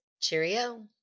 Cheerio